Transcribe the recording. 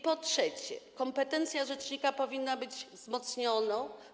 Po trzecie, kompetencje rzecznika powinny być wzmocnione.